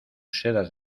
sedas